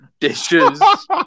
dishes